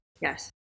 Yes